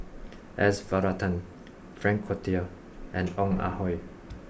S Varathan Frank Cloutier and Ong Ah Hoi